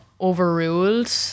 overruled